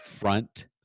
Front